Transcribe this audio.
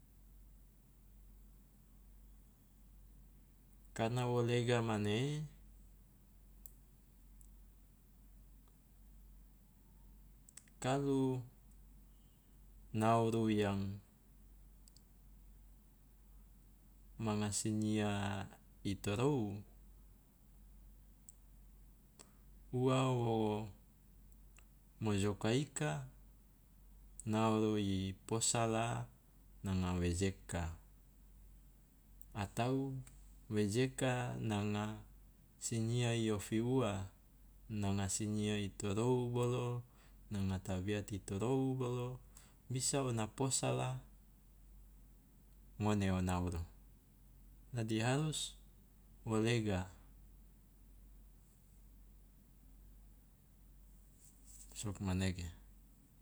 Karena wo lega mane, kalu nauru yang manga sinyia i torou ua wo mojoka ika nauru i posala nanga wejeka atau wejeka nanga sinyia i ofi ua nanga sinyia i torou bolo, nanga tabiat i torou bolo bisa ona posala ngone o nauru, dadi harus wo lega, sugmanege.